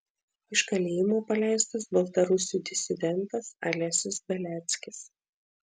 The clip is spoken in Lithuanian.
iš kalėjimo paleistas baltarusių disidentas alesis beliackis